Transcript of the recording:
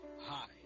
Hi